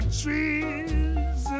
trees